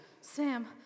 Sam